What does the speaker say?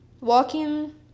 Walking